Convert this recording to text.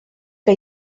que